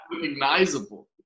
recognizable